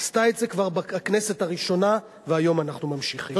היא עשתה את זה כבר בכנסת הראשונה והיום אנחנו ממשיכים.